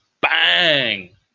bang